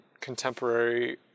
contemporary